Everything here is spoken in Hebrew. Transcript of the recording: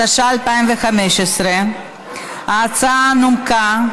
התשע"ה 2015. ההצעה נומקה,